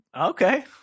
Okay